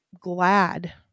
glad